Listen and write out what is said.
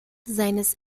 seines